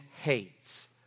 hates